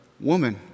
Woman